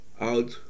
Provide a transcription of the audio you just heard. out